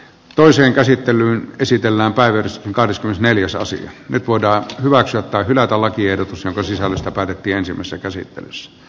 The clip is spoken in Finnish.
toiseen käsittelyyn käsitellään päiviö karttui neliosaisen nyt voidaan hyväksyä tai hylätä lakiehdotus jonka sisällöstä päätettiin ensimmäisessä käsittelyssä